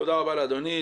תודה רבה לאדוני.